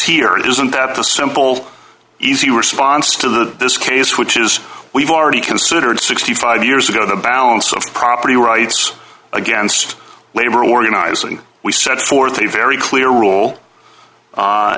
it isn't that a simple easy response to this case which is we've already considered sixty five years ago the balance of property rights against labor organizing we set forth a very clear rule